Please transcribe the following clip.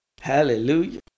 Hallelujah